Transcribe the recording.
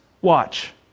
Watch